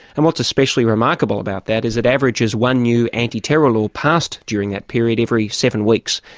and what's especially remarkable about that is it averages one new anti-terror law passed during that period every seven weeks.